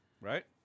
Right